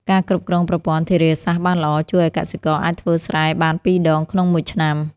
ការគ្រប់គ្រងប្រព័ន្ធធារាសាស្ត្របានល្អ ជួយឱ្យកសិករអាចធ្វើស្រែបានពីរដងក្នុងមួយឆ្នាំ។